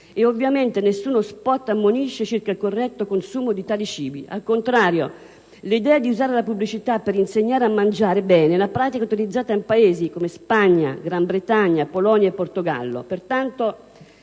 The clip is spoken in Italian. e ovviamente nessuno *spot* ammonisce circa il corretto consumo di tali cibi. Al contrario, l'idea di usare la pubblicità per insegnare a mangiare bene è una pratica utilizzata in Paesi come Spagna, Gran Bretagna, Polonia e Portogallo. Alla